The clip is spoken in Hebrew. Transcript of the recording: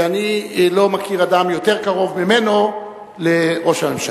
ואני לא מכיר אדם יותר קרוב ממנו לראש הממשלה,